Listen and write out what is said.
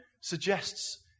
suggests